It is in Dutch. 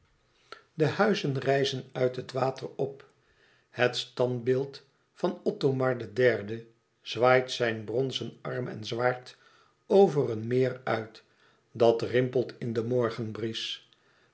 de huizen rijzen uit het water op het standbeeld van othomar iii zwaait zijn bronzen arm en zwaard over een meer uit dat rimpelt in de